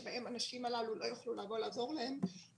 שבהם האנשים הללו לא יוכלו לבוא ולעזור להם,